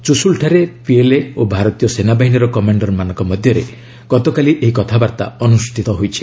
ଚୁଶୁଲଠାରେ PLA ଓ ଭାରତୀୟ ସେନାବାହିନୀର କମାଣ୍ଡରମାନଙ୍କ ମଧ୍ୟରେ ଗତକାଲି ଏହି କଥାବାର୍ତ୍ତା ଅନୁଷ୍ଠିତ ହୋଇଛି